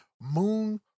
moon